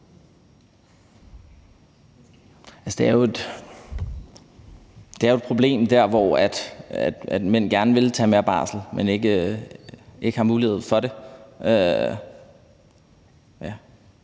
det er jo et problem der, hvor mænd gerne vil tage mere barsel, men ikke har mulighed for det.